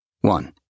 One